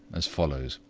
as follows